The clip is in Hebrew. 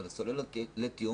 אבל הסוללות לתיאום,